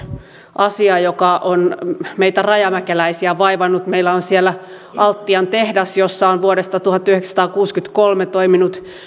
asia joka on meitä rajamäkeläisiä vaivannut meillä on siellä altian tehdas jossa on vuodesta tuhatyhdeksänsataakuusikymmentäkolme toiminut